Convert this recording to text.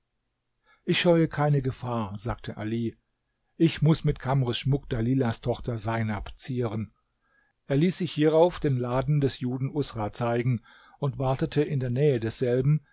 ich scheue keine gefahr sagte ali ich muß mit kamrs schmuck dalilahs tochter seinab zieren er ließ sich hierauf den laden des juden usra zeigen und wartete in der nähe desselben